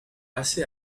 assez